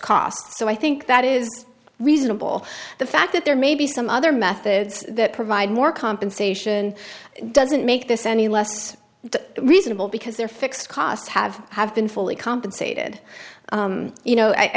cost so i think that is reasonable the fact that there may be some other methods that provide more compensation doesn't make this any less reasonable because they're fixed costs have have been fully compensated you know i